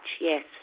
yes